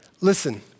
Listen